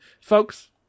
folks